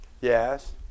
yes